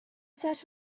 search